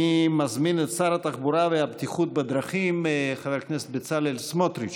אני מזמין את שר התחבורה והבטיחות בדרכים חבר הכנסת בצלאל סמוטריץ'